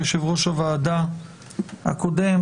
יושב-ראש הוועדה הקודם,